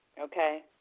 Okay